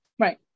Right